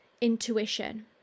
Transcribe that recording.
intuition